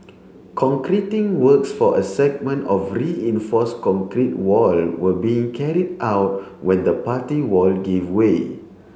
concreting works for a segment of reinforce concrete wall were being carry out when the party wall gave way